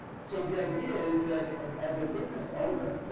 so the idea is that as as a business owner,